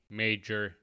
major